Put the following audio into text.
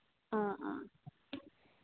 ꯑꯥ ꯑꯥ